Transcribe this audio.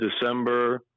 December